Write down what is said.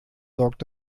sorgt